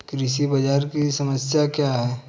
कृषि बाजार की समस्या क्या है?